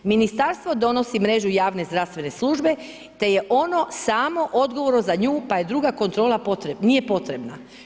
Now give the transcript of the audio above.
Ministarstvo donosi mrežu javne zdravstvene službe te je ono samo odgovorno za nju, pa druga kontrola nije potrebna.